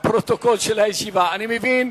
התש"ע 2009,